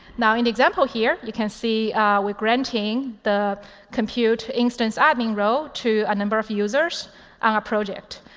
now, in the example here, you can see we're granting the compute instance admin role to a number of users on our project.